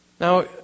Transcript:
Now